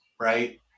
right